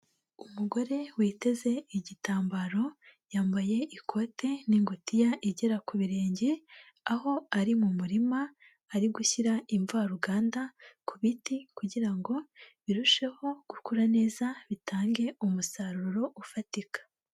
Umugore witeze igitambaro yambaye ikote n'ingutiya igera ku birenge, aho ari mu murima ari gushyira imvaruganda ku biti kugira ngo birusheho gukura neza bitange umusaruro ufatika.